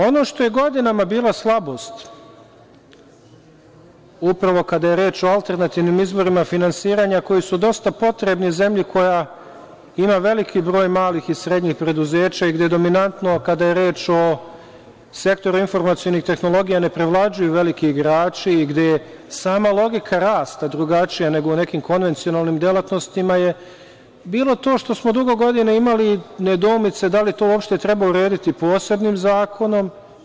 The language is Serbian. Ono što je godinama bila slabost, upravo kada je reč o alternativnim izvorima finansiranja, koji su dosta potrebni zemlji koja ima veliki broj malih i srednjih preduzeća i gde je dominantno kada je reč o sektoru informacionih tehnologija, ne preovlađuju veliki igrači, gde je sama logika rasta drugačija nego u nekim konvencionalnim delatnostima je bilo to što smo dugo godina imali nedoumice da li to uopšte treba urediti posebnim zakonom.